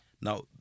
Now